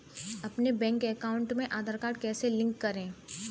अपने bank account में Aadhaar card कैसे लिंक करें?